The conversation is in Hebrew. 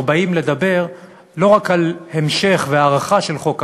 באים לדבר לא רק על המשך והארכה של חוק הווד"לים,